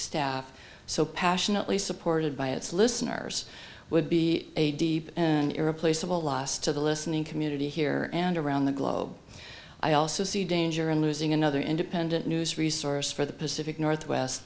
staff so passionately supported by its listeners would be a deep and irreplaceable loss to the listening community here and around the globe i also see danger in losing another independent news resource for the pacific northwest